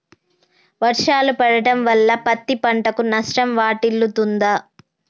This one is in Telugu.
వర్షాలు పడటం వల్ల పత్తి పంటకు నష్టం వాటిల్లుతదా?